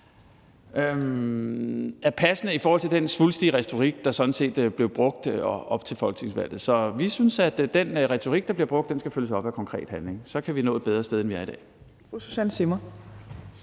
er passende i forhold til den svulstige retorik, der sådan set blev brugt op til folketingsvalget. Så vi synes, at den retorik, der blev brugt, skal følges op af konkret handling, for så kan vi nå et bedre sted hen, end vi er i dag.